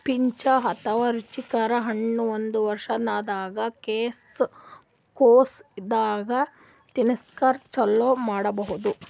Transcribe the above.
peach ಅಥವಾ ರುಚಿಕರ ಹಣ್ಣ್ ಒಂದ್ ವರ್ಷಿನ್ದ್ ಕೊಸ್ ಇದ್ದಾಗೆ ತಿನಸಕ್ಕ್ ಚಾಲೂ ಮಾಡಬಹುದ್